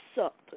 up